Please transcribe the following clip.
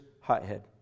hothead